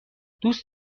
دوست